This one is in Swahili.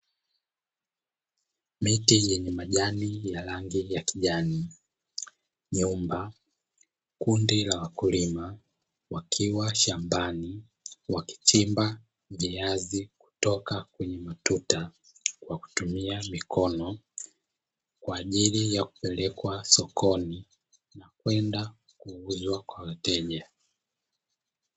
Miti yenye rangi ya kijani nyumba na kundi la wakulima wakiwa shambani wakichimba viazi kutoka kwenye matuta kwa ajiri ya kuvipeleka sokoni. Kwenda kuviuza kwa wateja